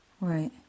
Right